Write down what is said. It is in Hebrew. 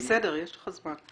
זה בסדר, יש לך זמן.